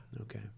Okay